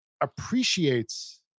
appreciates